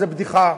זה בדיחה.